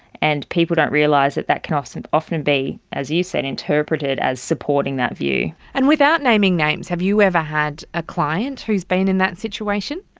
and people don't realise that that can often often be, as you said, interpreted as supporting that view. and without naming names, have you ever had a client who has been in that situation?